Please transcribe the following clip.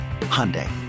Hyundai